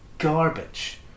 Garbage